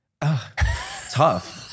tough